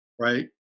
right